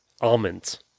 almonds